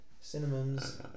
cinnamons